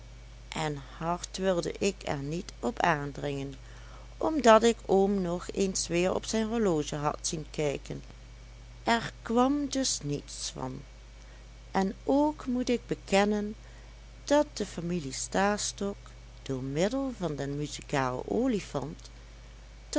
en hard wilde ik er niet op aandringen omdat ik oom nog eens weer op zijn horloge had zien kijken er kwam dus niets van en ook moet ik bekennen dat de familie stastok door middel van den muzikalen olifant